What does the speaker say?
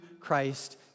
Christ